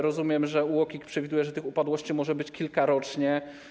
Rozumiem, że UOKiK przewiduje, że tych upadłości może być kilka rocznie.